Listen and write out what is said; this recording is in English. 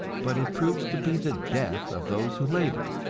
but it proves to be the death of those who labor,